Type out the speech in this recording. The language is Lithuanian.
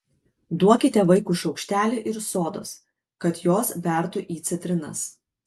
duokite vaikui šaukštelį ir sodos kad jos bertų į citrinas